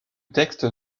texte